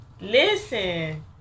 Listen